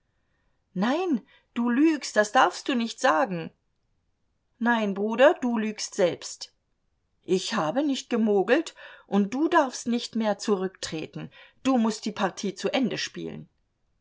nein du lügst das darfst du nicht sagen nein bruder du lügst selbst ich habe nicht gemogelt und du darfst nicht mehr zurücktreten du mußt die partie zu ende spielen